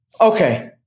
Okay